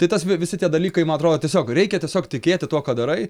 tai tas vi visi tie dalykai man atrodo tiesiog reikia tiesiog tikėti tuo ką darai